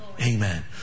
Amen